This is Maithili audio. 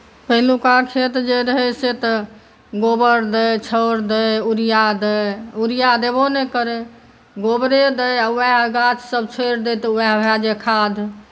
पहिलुका खेत जे रहै से तऽ गोबर दै छाउड़ दै यूरिया दै यूरिया देबो नहि करै गोबरे दै आ उएह गाछसभ छोड़ि दै तऽ उएह भए जाइ खाद